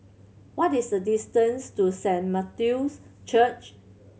what is the distance to Saint Matthew's Church